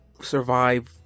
survive